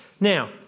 Now